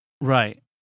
Right